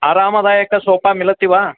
आरामदायकं sofa मिलति वा